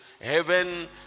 heaven